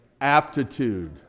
Aptitude